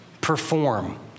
perform